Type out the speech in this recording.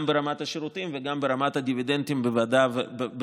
גם ברמת השירותים וגם ברמת הדיבידנדים במידה